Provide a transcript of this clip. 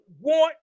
want